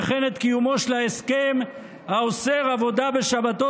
וכן את קיומו של ההסכם האוסר עבודה בשבתות